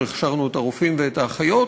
הכשרנו את הרופאים ואת האחיות,